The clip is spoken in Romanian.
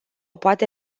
poate